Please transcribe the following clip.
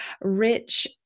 rich